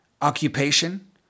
occupation